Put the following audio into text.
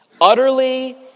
Utterly